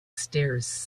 stairs